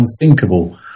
unthinkable